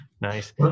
Nice